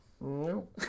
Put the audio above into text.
no